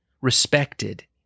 respected